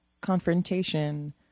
confrontation